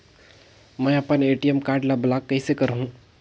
मै अपन ATM card ल ब्लाक कइसे करहूं?